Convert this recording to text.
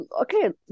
okay